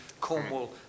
Cornwall